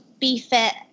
BeFit